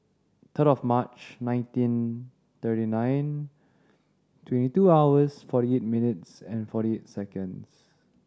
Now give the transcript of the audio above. third of March nineteen thirty nine twenty two hours forty eight minutes and forty eight seconds